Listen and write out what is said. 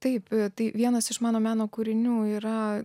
taip tai vienas iš mano meno kūrinių yra